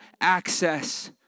access